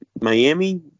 Miami